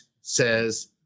says